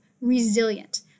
resilient